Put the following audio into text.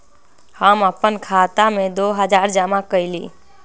हम अपन खाता में दो हजार जमा कइली